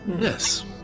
Yes